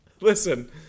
Listen